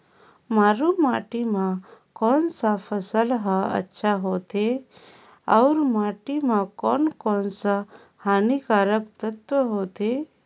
मारू माटी मां कोन सा फसल ह अच्छा होथे अउर माटी म कोन कोन स हानिकारक तत्व होथे?